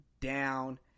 down